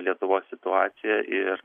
lietuvos situaciją ir